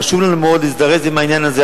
חשוב לנו מאוד להזדרז עם העניין הזה.